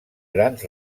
grans